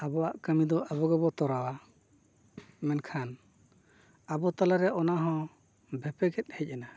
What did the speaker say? ᱟᱵᱚᱣᱟᱜ ᱠᱟᱹᱢᱤ ᱫᱚ ᱟᱵᱚ ᱜᱮᱵᱚᱱ ᱛᱚᱨᱟᱣᱟ ᱢᱮᱱᱠᱷᱟᱱ ᱟᱵᱚ ᱛᱟᱞᱟᱨᱮ ᱚᱱᱟᱦᱚᱸ ᱵᱷᱮᱯᱮᱜᱮᱫ ᱦᱮᱡ ᱮᱱᱟ